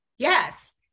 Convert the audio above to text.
Yes